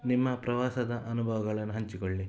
ನಿಮ್ಮ ಪ್ರವಾಸದ ಅನುಭವಗಳನ್ನು ಹಂಚಿಕೊಳ್ಳಿ